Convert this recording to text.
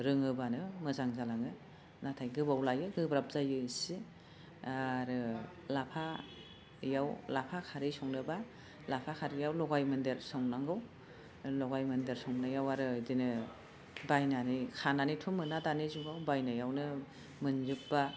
रोङोबानो मोजां जालाङो नाथाय गोबाव लायो गोब्राब जायो इसे आरो लाफा याव लाफा खारै संनोबा लाफा खारैयाव लगाय मोन्देर संनांगौ लगाय मोन्देर संनायाव आरो बिदिनो बायनानै खानानैथ' मोना दानि जुगाव बायनायावनो मोनजोब्बा